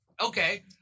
Okay